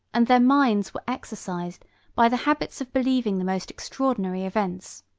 and their minds were exercised by the habits of believing the most extraordinary events.